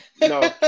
no